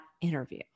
interview